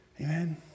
Amen